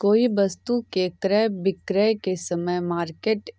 कोई वस्तु के क्रय विक्रय के समय मार्केट